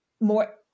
more